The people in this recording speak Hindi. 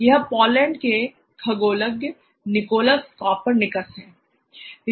यह पोलैंड के खगोलज्ञ निकोलस कॉपरनिकस है